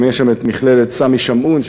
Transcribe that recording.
יש שם גם מכללת "סמי שמעון",